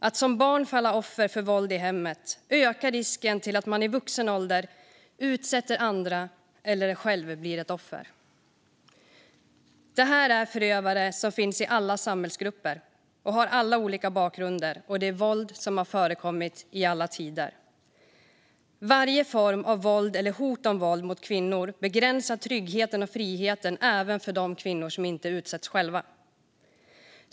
Att som barn falla offer för våld i hemmet ökar risken för att man i vuxen ålder utsätter andra eller själv blir ett offer. Förövarna finns i alla samhällsgrupper och har alla olika bakgrunder, och det är våld som har förekommit i alla tider. Varje form av våld eller hot om våld mot kvinnor begränsar tryggheten och friheten även för de kvinnor som inte utsätts själva.